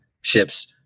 ships